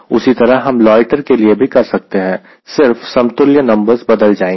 उसी तरह हम लोयटर के लिए भी कर सकते हैं सिर्फ समतुल्य नंबर्स बदल जाएंगे